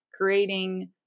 creating